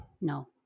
no